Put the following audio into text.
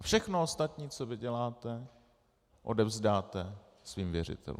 Všechno ostatní, co vyděláte, odevzdáte svým věřitelům.